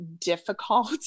difficult